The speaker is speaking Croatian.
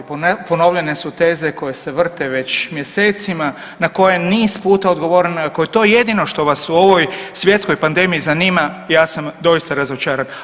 Ponovljene su teze koje se vrte već mjesecima na koje je niz puta odgovoreno i ako je to jedino što vas u ovoj svjetskoj pandemiji zanima ja sam doista razočaran.